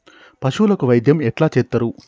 పశువులకు వైద్యం ఎట్లా చేత్తరు?